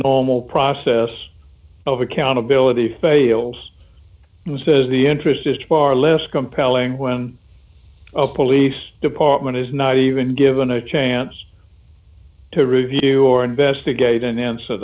normal process of accountability fails says the interest is far less compelling when a police department is not even given a chance to review or investigate and answer